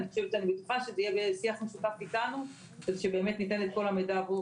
ואני בטוחה שזה יהיה בשיח משותף איתנו כדי שבאמת ניתן את כל המידע עבור